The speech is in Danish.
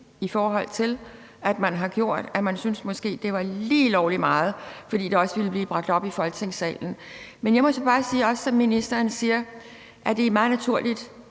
en mening med at man har gjort. Man syntes måske, at det var lige lovlig meget, fordi det også ville blive bragt op i Folketingssalen. Men jeg må så bare sige, som ministeren også siger, at det er meget naturligt